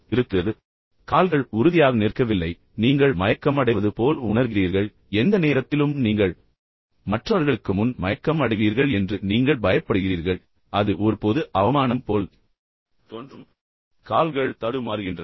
எனவே கால்கள் உறுதியாக நிற்கவில்லை நீங்கள் மயக்கம் அடைவது போல் உணர்கிறீர்கள் எந்த நேரத்திலும் நீங்கள் மற்றவர்களுக்கு முன் மயக்கம் அடைவீர்கள் என்று நீங்கள் பயப்படுகிறீர்கள் அது ஒரு பொது அவமானம் போல் தோன்றும் மற்றும் கால்கள் தடுமாறுகின்றன